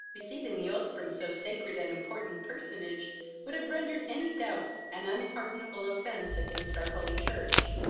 receiving the oath from so sacred and important a personage would have rendered any doubts an unpardonable offence against our holy church.